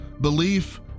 belief